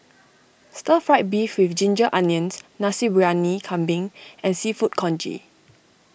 Stir Fried Beef with Ginger Onions Nasi Briyani Kambing and Seafood Congee